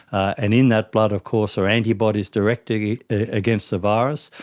and in that blood of course are antibodies directly against the virus,